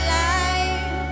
life